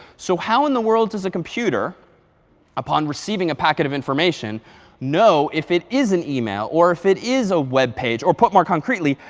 so how in the world does a computer upon receiving a packet of information know if it is an email or if it is a web page, or put more concretely,